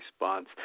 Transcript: response